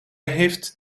heeft